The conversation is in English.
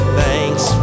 thanks